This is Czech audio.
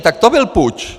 Tak to byl puč.